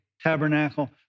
tabernacle